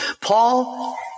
Paul